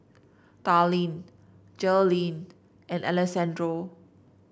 Darline Jaleel and Alexandro